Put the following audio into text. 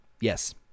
Yes